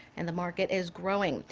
and the market is growing.